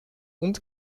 und